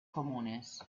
comunes